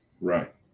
Right